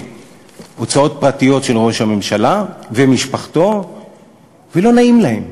הוצאות פרטיות של ראש הממשלה ומשפחתו ולא נעים להם,